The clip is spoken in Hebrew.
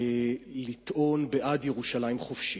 ולטעון בעד ירושלים חופשית.